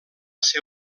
ser